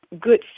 good